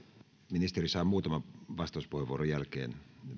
ministeri saa muutaman vastauspuheenvuoron jälkeen